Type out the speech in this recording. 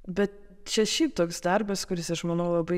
bet čia šiaip toks darbas kuris aš manau labai